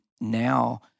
now